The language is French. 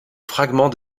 fragments